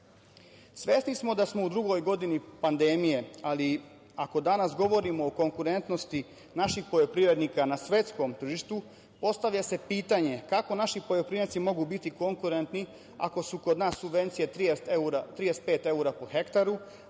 smo da smo u drugoj godini pandemije, ali, ako danas govorimo o konkurentnosti naših poljoprivrednika na svetskom tržištu, postavlja se pitanje kako naši poljoprivrednici mogu biti konkurentni ako su kod nas subvencije 35 evra po hektaru,